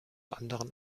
anderen